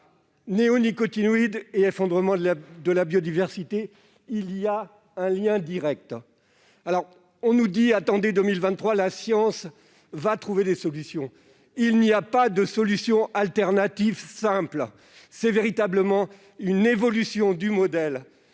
néonicotinoïdes et effondrement de la biodiversité, le lien est direct ! On nous dit d'attendre 2023, que la science va trouver des solutions. Il n'existe pas de solutions alternatives simples ! Il faut, véritablement, une évolution du modèle